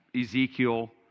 Ezekiel